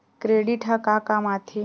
Credit ह का काम आथे?